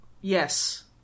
Yes